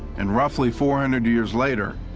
and roughly four hundred years later,